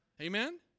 Amen